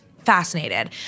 Fascinated